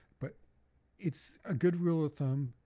but it's a good rule of thumb,